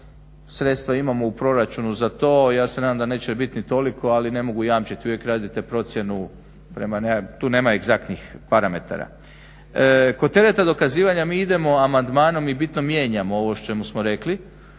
Sredstva imamo u proračunu za to. ja se nadam da neće biti ni toliko ali ne mogu jamčiti. Uvijek radite procjenu, tu nema egzaktnih parametara. Kod tereta dokazivanja, mi idemo amandmanom i bitno mijenjamo ono o čemu smo rekli